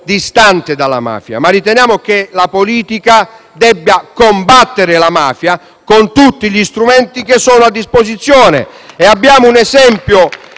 distante dalla mafia, ma riteniamo che debba combattere la mafia con tutti gli strumenti che sono a sua disposizione.